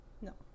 No